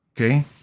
Okay